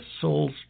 soul's